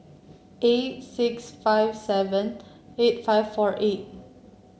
eight six five seven eight five four eight